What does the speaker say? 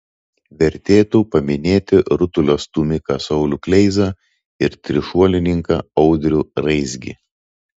vertėtų paminėti rutulio stūmiką saulių kleizą ir trišuolininką audrių raizgį